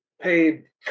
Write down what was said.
paid